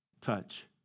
Touch